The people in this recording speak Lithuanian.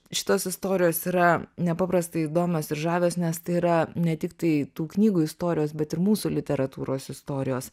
šitos istorijos yra nepaprastai įdomios ir žavios nes tai yra ne tiktai tų knygų istorijos bet ir mūsų literatūros istorijos